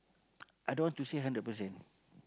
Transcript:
i don't want to say hundred percent